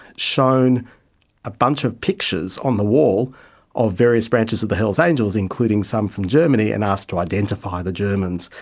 shown a bunch of pictures on the wall of various branches of the hells angels, including some from germany, and asked to identify the germans,